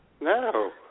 No